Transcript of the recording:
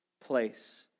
place